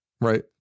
right